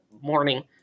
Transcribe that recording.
morning